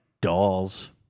dolls